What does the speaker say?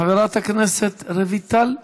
חברת הכנסת רויטל סויד,